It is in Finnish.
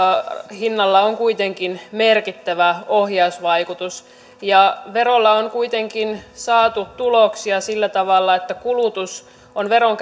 hinnalla on kuitenkin merkittävä ohjausvaikutus verolla on kuitenkin saatu tuloksia sillä tavalla että kulutus on veron